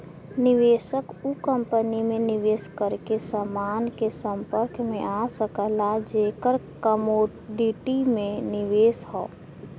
निवेशक उ कंपनी में निवेश करके समान के संपर्क में आ सकला जेकर कमोडिटी में निवेश हौ